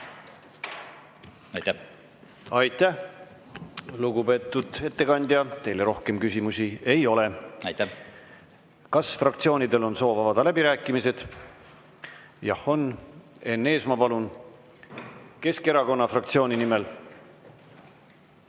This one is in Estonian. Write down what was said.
seda. Aitäh, lugupeetud ettekandja! Teile rohkem küsimusi ei ole. Kas fraktsioonidel on soov avada läbirääkimised? On. Enn Eesmaa, palun, Keskerakonna fraktsiooni nimel!